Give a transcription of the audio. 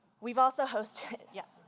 we've also hosted, yeah